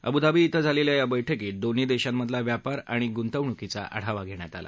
Abu Dhabi इथं झालेल्या या बैठकीत दोन्ही देशांमधला व्यापार आणि गुंतवणूकीचा आढावा घेण्यात आला